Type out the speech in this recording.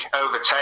overtake